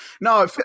No